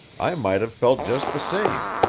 i might have felt just the same.